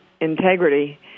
integrity